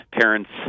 parents